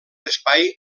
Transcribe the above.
espai